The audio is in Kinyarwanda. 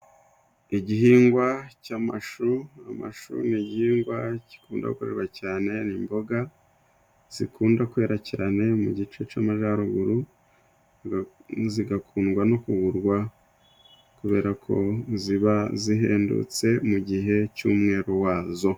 Igihingwa cy'amashu amashu ni igihingwa gikunda korerwa cyane ni imboga zikunda kwera cyane mu gice c'amajaruguru zigakundwa no kugurwa kubera ko ziba zihendutse mu gihe cy'umwero wazo.